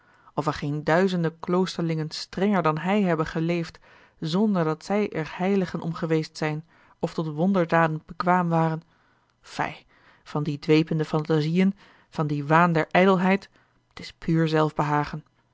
of er geen duizende kloosterlingen strenger dan hij hebben geleefd zonderdat zij er heiligen om geweest zijn of tot wonderdaden bekwaam waren fij van die dwepende phantasieën van dien waan der ijdelheid t is puur zelfbehagen